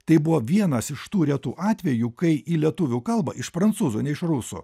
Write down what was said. tai buvo vienas iš tų retų atvejų kai į lietuvių kalbą iš prancūzų ne iš rusų